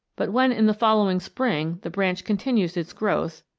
but when in the following spring the branch continues its growth,